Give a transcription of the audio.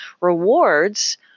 rewards